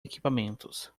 equipamentos